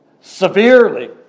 severely